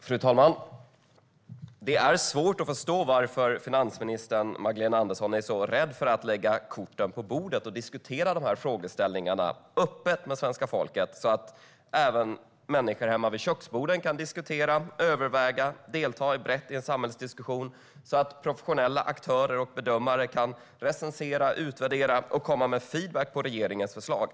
Fru talman! Det är svårt att förstå varför finansminister Magdalena Andersson är så rädd för att lägga korten på bordet och diskutera de här frågeställningarna öppet med svenska folket, så att även människor hemma vid köksborden kan diskutera, överväga och delta brett i en samhällsdiskussion och så att professionella aktörer och bedömare kan recensera, utvärdera och komma med feedback på regeringens förslag.